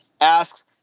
asks